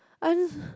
I